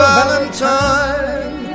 Valentine